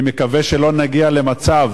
אני מקווה שלא נגיע למצב